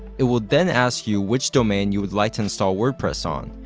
it will then ask you which domain you would like to install wordpress on.